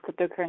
cryptocurrency